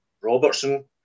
Robertson